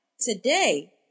today